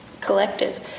collective